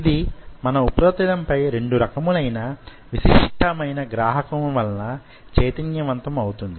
ఇది తన ఉపరితలం పై రెండు రకములైన విశిస్టమైన గ్రాహకముల వలన చైతన్యవంతం అవుతుంది